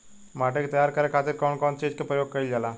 माटी के तैयार करे खातिर कउन कउन चीज के प्रयोग कइल जाला?